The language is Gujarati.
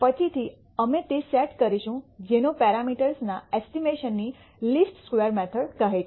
પછીથી અમે તે સેટ કરીશું જેને પેરામીટર્સ ના એસ્ટિમેશન ની લીસ્ટ સ્ક્વેર મેથડ કહે છે